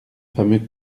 fameux